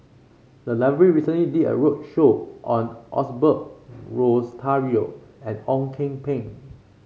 the library recently did a roadshow on Osbert Rozario and Ong Kian Peng